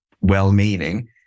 well-meaning